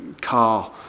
car